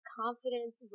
confidence